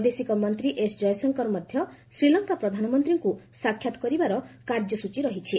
ବୈଦେଶିକ ମନ୍ତ୍ରୀ ଏସ୍ ଜୟଶଙ୍କର ମଧ୍ୟ ଶ୍ରୀଲଙ୍କା ପ୍ରଧାନମନ୍ତ୍ରୀଙ୍କୁ ସାକ୍ଷାତ୍ କରିବାର କାର୍ଯ୍ୟସ୍ଚୀ ରହିଛି